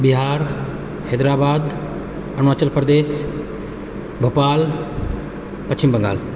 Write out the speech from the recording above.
Bihar Hyderabad Himachal Pradesh Bhopal Paschim Bengal